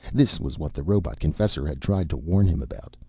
this was what the robot-confessor had tried to warn him about,